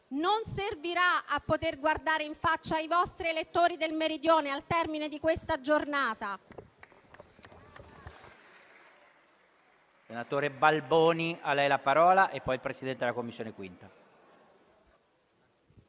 non servirà a poter guardare in faccia i vostri elettori del Meridione, al termine di questa giornata.